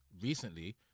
recently